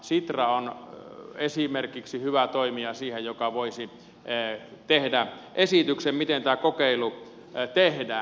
sitra on esimerkiksi hyvä toimija siihen joka voisi tehdä esityksen miten tämä kokeilu tehdään